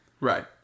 Right